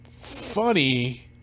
funny